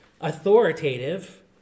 authoritative